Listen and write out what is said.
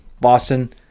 Boston